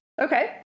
Okay